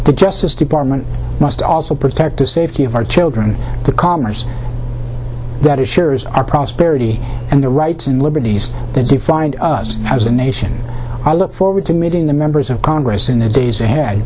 the justice department must also protect the safety of our children the commerce that assures our prosperity and the rights and liberties that you find us as a nation i look forward to meeting the members of congress in the days ahead